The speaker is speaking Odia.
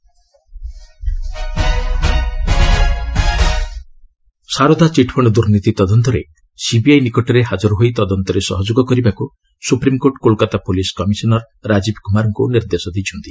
SC CBI Saradha Saradha chit fund ଦୁର୍ନୀତି ତଦନ୍ତରେ ସିବିଆଇ ନିକଟରେ ହାଜର ହୋଇ ତଦନ୍ତରେ ସହଯୋଗ କରିବାକୁ supreme court Kolkata police commissioner Rajiv କୁମାରଙ୍କୁ ନିର୍ଦ୍ଦେଶ ଦେଇଛନ୍ତି